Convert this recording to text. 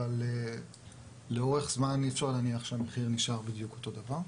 אבל לאורך זמן אי אפשר להניח שהמחיר נשאר בדיוק אותו דבר.